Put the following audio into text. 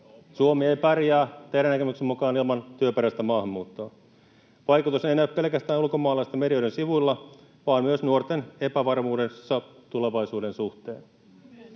Suomi ei pärjää teidän näkemyksenne mukaan ilman työperäistä maahanmuuttoa. Vaikutus ei näy pelkästään ulkomaalaisten medioiden sivuilla vaan myös nuorten epävarmuudessa tulevaisuuden suhteen.